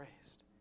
raised